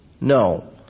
No